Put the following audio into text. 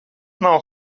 nav